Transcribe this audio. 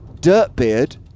Dirtbeard